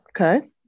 Okay